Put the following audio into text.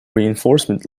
reinforcement